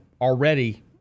already